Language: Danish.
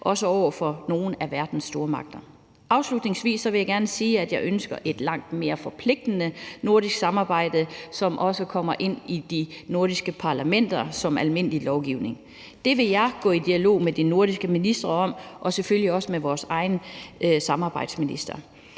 også over for nogle af verdens stormagter. Afslutningsvis vil jeg gerne sige, at jeg ønsker et langt mere forpligtende nordisk samarbejde, som også kommer ind i de nordiske parlamenter som almindelig lovgivning. Det vil jeg gå i dialog med de nordiske ministre om – og selvfølgelig også med vores egen samarbejdsminister.